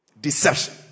Deception